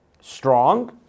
Strong